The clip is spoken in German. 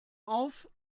auf